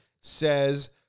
says